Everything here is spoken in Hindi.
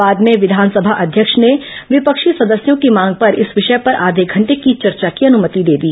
बाद में विधानसभा अध्यक्ष ने विपक्षी सदस्यों की मांग पर इस विषय पर आघे घंटे की चर्चा की अनुमति दे दी